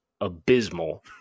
abysmal